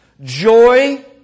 joy